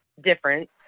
difference